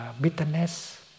bitterness